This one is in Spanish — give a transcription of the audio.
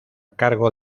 cargo